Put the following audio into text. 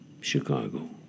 Chicago